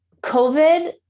COVID